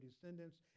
descendants